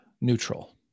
neutral